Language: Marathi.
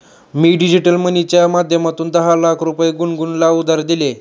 मी डिजिटल मनीच्या माध्यमातून दहा लाख रुपये गुनगुनला उधार दिले